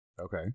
Okay